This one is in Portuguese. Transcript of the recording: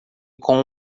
com